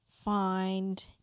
find